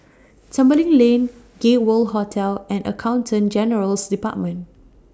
Tembeling Lane Gay World Hotel and Accountant General's department